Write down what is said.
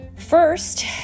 First